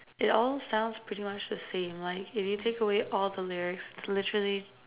it all sounds pretty much the same like if you take away all the lyrics it's literally